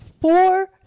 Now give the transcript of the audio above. four